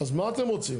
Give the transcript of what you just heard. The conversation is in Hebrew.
אז מה אתם רוצים?